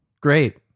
Great